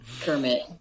Kermit